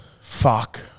fuck